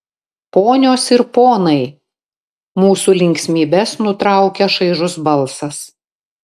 ponios ir ponai mūsų linksmybes nutraukia šaižus balsas